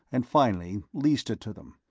and finally leased it to them,